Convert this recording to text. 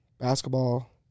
Basketball